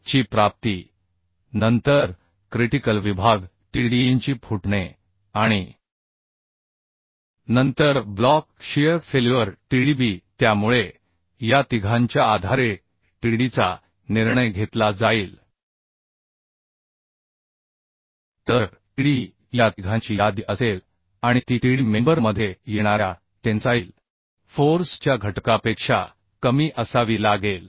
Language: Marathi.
ची प्राप्ती नंतर क्रिटिकल विभाग Tdnची फुटणे आणि नंतर ब्लॉक शियर फेल्युअर TDB त्यामुळे या तिघांच्या आधारे TDNचा निर्णय घेतला जाईल तर TD ही या तिघांची यादी असेल आणि ती TD मेंबर मध्ये येणाऱ्या टेन्साईल फोर्स च्या घटकापेक्षा कमी असावी लागेल